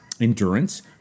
Endurance